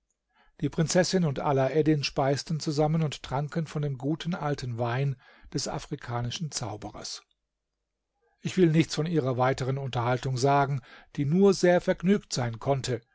die prinzessin und alaeddin speisten zusammen und tranken von dem guten alten wein des afrikanischen zauberers ich will nichts von ihrer weiteren unterhaltung sagen die nur sehr vergnügt sein konnte